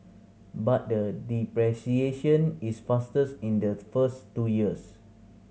but the depreciation is fastest in the first two years